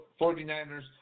49ers